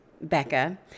Becca